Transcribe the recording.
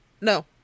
No